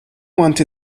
want